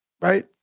right